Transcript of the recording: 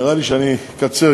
נראה לי שאני אקצר.